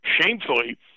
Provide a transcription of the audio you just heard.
shamefully